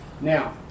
Now